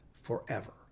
forever